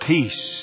Peace